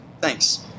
Thanks